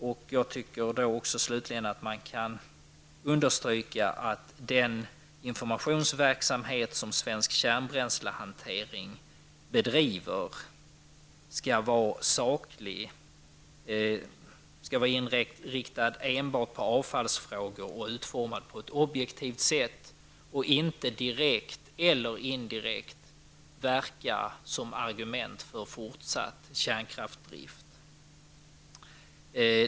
Slutligen tycker jag att man skall understryka att den informationsverksamhet som Svensk kärnbränslehantering bedriver skall vara saklig, den skall enbart vara inriktad på avfallsfrågor och utformad på ett objektivt sätt. Den skall inte direkt eller indirekt verka som argument för fortsatt kärnkraftsdrift.